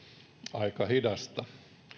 aika hidasta